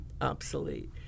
obsolete